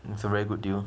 it's a very good deal